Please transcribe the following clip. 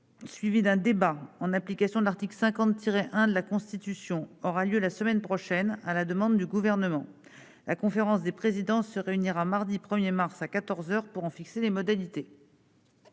suivie d'un débat, en application de l'article 50-1 de la Constitution, aura lieu la semaine prochaine, à la demande du Gouvernement. La conférence des présidents se réunira mardi 1 mars, à quatorze heures pour en fixer les modalités.